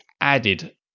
added